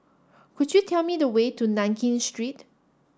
could you tell me the way to Nankin Street